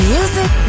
Music